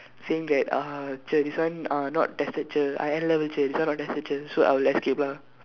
saying that uh cher this one uh not tested cher I N-level cher this one not tested cher so I'll escape ah